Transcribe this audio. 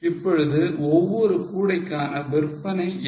இப்பொழுது ஒவ்வொரு கூடைக்கான விற்பனை என்ன